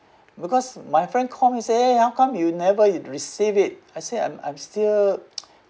because my friend call me say !hey! how come you never receive it I say I'm I'm still